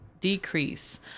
decrease